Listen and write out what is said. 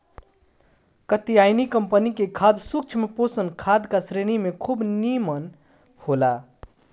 Katyayani company के खाद सूक्ष्म पोषक खाद का श्रेणी में खूब निमन होला